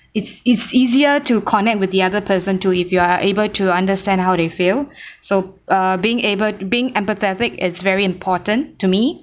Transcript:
it's it's easier to connect with the other person too if you are able to understand how they feel so uh being able being empathetic is very important to me